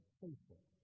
faithful